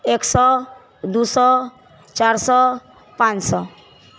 एक सए दू सए चारि सए पाँच सए